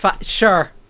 sure